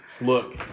look